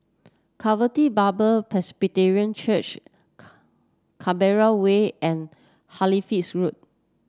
Calvaty Bible Presbyterian Church Canberra Way and Halifax Road